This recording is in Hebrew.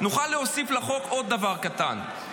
נוכל להוסיף לחוק עוד דבר קטן,